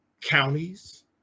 counties